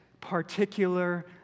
particular